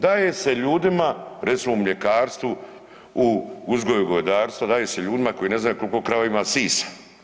Daje se ljudima, recimo u mljekarstvu, u uzgoju govedarstva, daje se ljudima koji ne znaju koliko krava ima sisa.